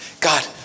God